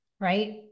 Right